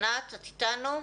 ענת, את איתנו?